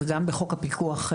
זה גם בחוק הפיקוח.